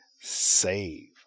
save